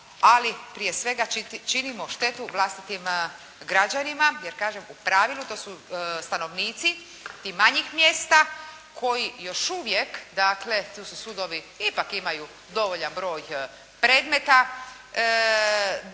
ali prije svega činimo štetu vlastitim građanima jer kažem u pravilu to su stanovnici tih manjih mjesta koji još uvijek, dakle tu su sudovi ipak imaju dovoljan broj predmeta,